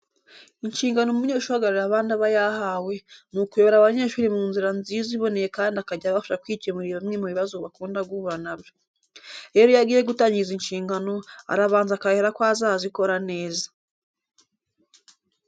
Inshingano umunyeshuri uhagarariye abandi aba yahawe, ni ukuyobora abanyeshuri mu nzira nziza iboneye kandi akajya abafasha kwikemurira bimwe mu bibazo bakunda guhura na byo. Rero iyo agiye gutangira izi nshingano, arabanza akarahira ko azazikora neza.